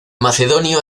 macedonio